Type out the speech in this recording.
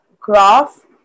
graph